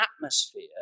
atmosphere